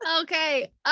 okay